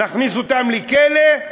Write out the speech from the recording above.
נכניס אותם לכלא,